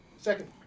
second